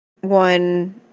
one